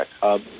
Hub